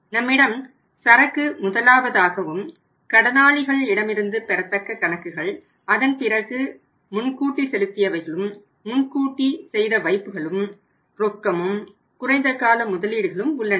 நம்மிடம் சரக்கு முதலாவதாகவும் கடனாளிகள் இடமிருந்து பெறத்தக்க கணக்குகள் அதன் பிறகு முன்கூட்டி செலுத்தியவைகளும் முன்கூட்டி செய்த வைப்புகளும் ரொக்கமும் குறைந்த கால முதலீடுகளும் உள்ளன